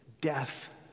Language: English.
death